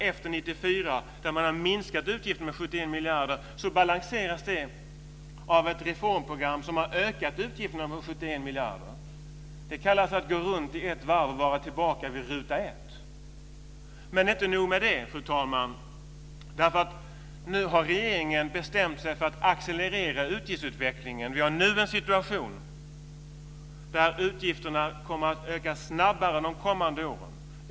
Efter 1994 har man minskat utgifterna med 71 miljarder, vilket balanseras av ett reformprogram som har ökat utgifterna med 71 miljarder. Det kallas att gå runt ett varv och vara tillbaka vid ruta 1. Fru talman! Inte nog med det. Regeringen har nu bestämt sig för att accelerera utgiftsutvecklingen. Vi har nu en situation där utgifterna kommer att öka snabbare under de kommande åren.